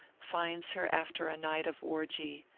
finds her after a night of orgie,